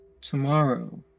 Tomorrow